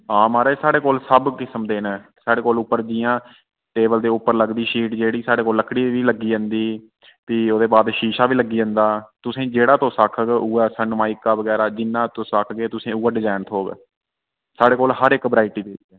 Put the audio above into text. हां महाराज साढ़े कोल सब किस्म दे न साढ़े कोल उप्पर जियां टेबल दे उप्पर लगदी शीट जेह्ड़ी साढ़े कोल लकड़ी दी बि लग्गी जन्दी फ्ही औदे बाद शीशा बि लग्गी जंदा तुसें जेह्ड़ा तुस आखग उ'ऐ सन माइका बगैरा जिन्ना तुस आखगे तुसें उ'यै डजैन थोह्ग साढ़े कोल हर इक व्राइटी पेदी ऐ